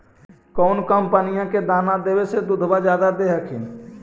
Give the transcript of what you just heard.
कौन कंपनी के दाना देबए से दुध जादा दे है?